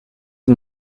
een